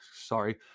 sorry